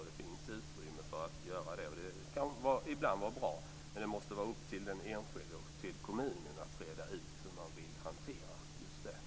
Det finns utrymme för att göra så, och det kan ibland vara bra. Men det måste vara upp till den enskilde och kommunen att reda ut hur den saken ska hanteras.